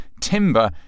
timber